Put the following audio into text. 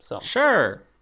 Sure